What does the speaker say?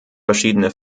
verschiedene